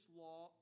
law